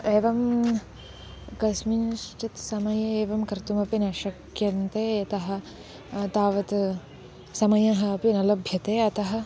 एवं कस्मिन्श्चित् समये एवं कर्तुमपि न शक्यते यतः तावत् समयः अपि न लभ्यते अतः